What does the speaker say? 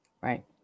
right